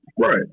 right